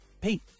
Pete